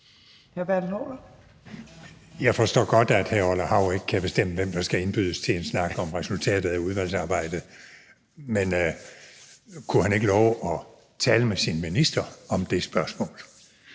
Jeg forstår godt, at hr. Orla Hav ikke kan bestemme, hvem der skal indbydes til en snak om resultatet af udvalgsarbejdet, men kunne han ikke love at tale med sin minister om det spørgsmål?